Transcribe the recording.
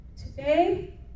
Today